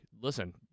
Listen